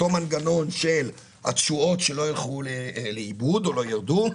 אותו מנגנון של התשואות שלא יילכו לאיבוד או שלא יירדו,